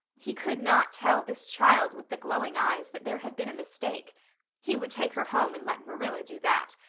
he could not tell this child with the glowing eyes that there had been a mistake he would take her home and let marilla do that.